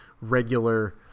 regular